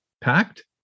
packed